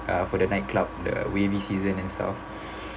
uh for the night club the wavy season and stuff